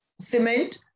cement